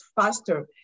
faster